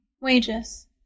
wages